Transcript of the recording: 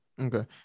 Okay